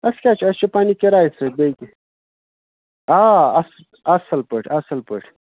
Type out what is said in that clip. أسۍ کیٛاہ چھِ اَسہِ چھِ پَنٕنہِ کِرایہِ سۭتۍ بیٚیہ کیٛاہ آ اَصٕل اَصٕل پٲٹھۍ اَصٕل پٲٹھۍ